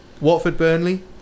Watford-Burnley